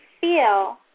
feel